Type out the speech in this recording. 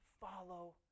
follow